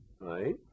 right